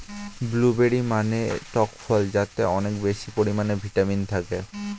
blueberry মানে টক ফল যাতে অনেক বেশি পরিমাণে ভিটামিন থাকে